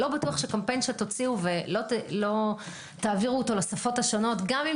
לא בטוח שקמפיין שתוציאו ולא תעבירו אותו לשפות השונות גם אם